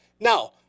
Now